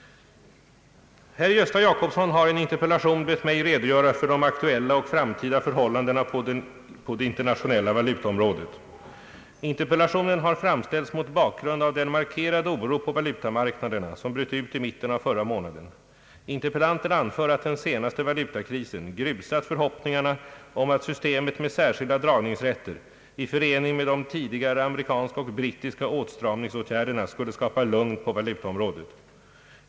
Herr Gösta Jacobsson har i en interpellation bett mig redogöra för de aktuella och framtida förhållandena på det internationella valutaområdet. Interpellationen har framställts mot bakgrund av den markerade oro på valutamarknaderna, som bröt ut i mitten av förra månaden. Interpellanten anför att den senaste valutakrisen grusat förhoppningarna om att systemet med särskilda dragningsrätter i förening med de tidigare amerikanska och brittiska åtstramningsåtgärderna skulle skapa lugn på valutaområdet.